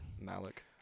Malik